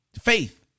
faith